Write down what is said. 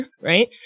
Right